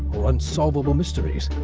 or unsolvable mysteries,